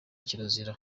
kirazira